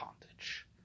bondage